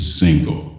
single